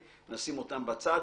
נשים אותם בצד.